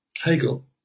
Hegel